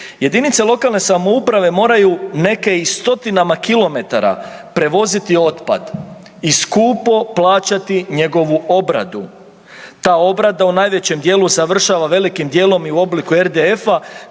Jedinice lokalne samouprave moraju neke i stotinama kilometara prevoziti otpad i skupo plaćati njegovu obradu. Ta obrada u najvećem dijelu završava velikim dijelom i u obliku RDF-a